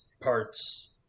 parts